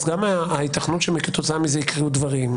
אז גם ההיתכנות שכתוצאה מזה יקרו דברים,